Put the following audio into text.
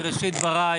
בראשית דבריי,